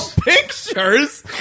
pictures